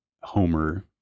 Homer